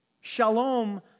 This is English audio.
Shalom